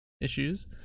issues